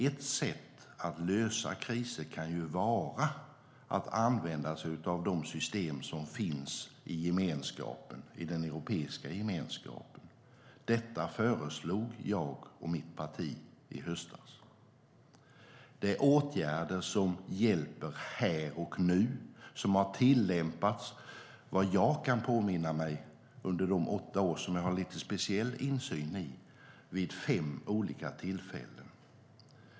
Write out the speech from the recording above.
Ett sätt att lösa kriser kan vara att använda sig av de system som finns i den europeiska gemenskapen. Detta föreslog jag och mitt parti i höstas. Det är åtgärder som hjälper här och nu. Vad jag kan påminna mig har de under de åtta år som jag har lite speciell insyn i tillämpats vid fem olika tillfällen.